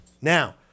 Now